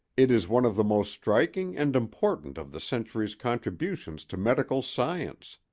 it is one of the most striking and important of the century's contributions to medical science.